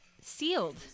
sealed